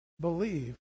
believe